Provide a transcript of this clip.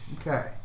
Okay